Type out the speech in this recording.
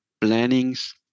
plannings